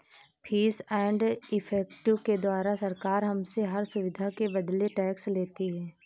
fees and effective के द्वारा सरकार हमसे हर सुविधा के बदले टैक्स लेती है